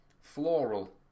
floral